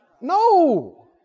No